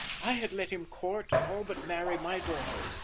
i had let him court and all but marry my daughter,